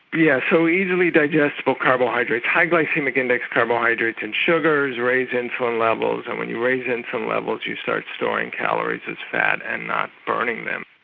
yeah so easily digestible carbohydrates, high glycaemic index carbohydrates in sugars raise insulin levels, and when you raise insulin levels you start storing calories as fat and not burning them.